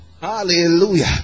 Hallelujah